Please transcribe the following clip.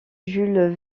jules